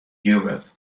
europe